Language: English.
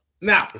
Now